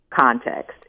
context